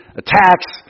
attacks